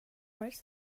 writes